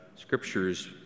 scriptures